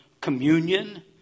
communion